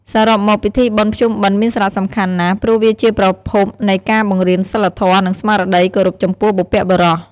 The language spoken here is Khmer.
សរុបមកពិធីបុណ្យភ្ជុំបិណ្ឌមានសារៈសំខាន់ណាស់ ព្រោះវាជាប្រភពនៃការបង្រៀនសីលធម៌ និងស្មារតីគោរពចំពោះបុព្វបុរស។